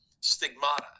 stigmata